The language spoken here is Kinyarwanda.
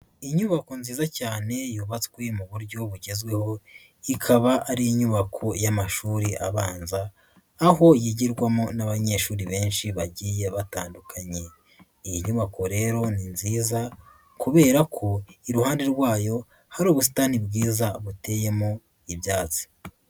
Inyubako nziza cyane yubatswe mu buryo bugezweho, ikaba ari inyubako y'amashuri abanza, aho yigirwamo n'abanyeshuri benshi bagiye batandukanye. Iyi nyubako rero ni nziza kubera ko iruhande rwayo, hari ubusitani bwiza buteyemo ibyatsi.